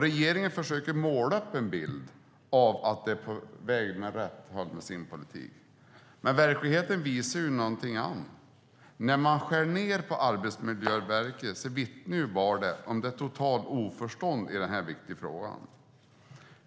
Regeringen försöker måla upp en bild av att de är på väg åt rätt håll med sin politik, men verkligheten visar någonting annat. När de skär ned på Arbetsmiljöverket vittnar det om ett totalt oförstånd i denna viktiga fråga.